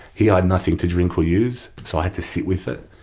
here i had nothing to drink or use so i had to sit with it,